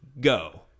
Go